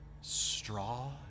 straw